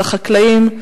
לחקלאים,